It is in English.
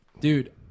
Dude